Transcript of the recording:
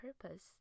purpose